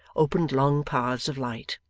opened long paths of light.